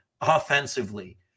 offensively